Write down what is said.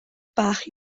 bach